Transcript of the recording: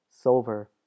silver